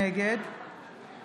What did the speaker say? נגד